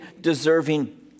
deserving